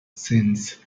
since